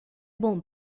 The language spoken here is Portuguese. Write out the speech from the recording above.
bom